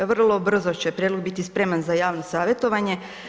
Vrlo brzo će prijedlog biti spreman za javno savjetovanje.